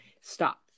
stop